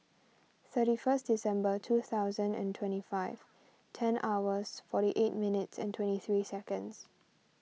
thirty first December two thousand and twenty five ten hours forty eight minutes and twenty three seconds